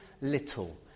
Little